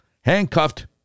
handcuffed